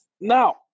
Now